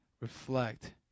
reflect